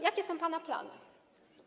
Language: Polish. Jakie są pana plany?